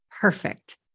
Perfect